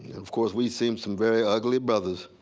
of course, we've seen some very ugly brothers